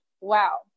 wow